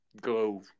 go